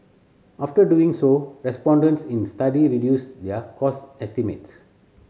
after doing so respondents in study reduced their cost estimates